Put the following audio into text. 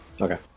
Okay